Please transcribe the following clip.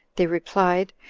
they replied,